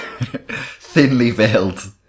Thinly-veiled